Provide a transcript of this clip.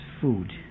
food